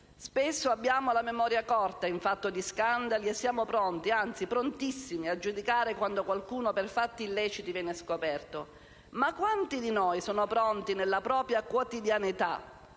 Spesso abbiamo la memoria corta in fatto di scandali e siamo pronti, anzi prontissimi, a giudicare quando qualcuno, per fatti illeciti, viene scoperto. Ma quanti di noi sono pronti, nella propria quotidianità,